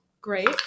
great